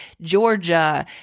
Georgia